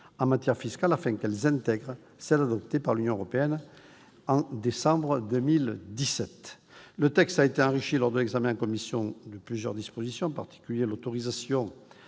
en matière fiscale afin qu'elle intègre celle qui a été adoptée par l'Union européenne en décembre 2017. Le texte a été enrichi lors de l'examen en commission de plusieurs dispositions, en particulier l'autorisation